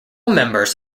members